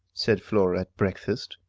said flora at breakfast.